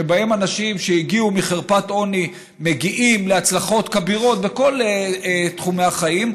שבהם אנשים שהגיעו מחרפת עוני מגיעים להצלחות כבירות בכל תחומי החיים,